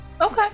Okay